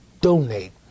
donate